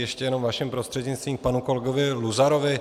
Ještě jenom vaším prostřednictvím k panu kolegovi Luzarovi.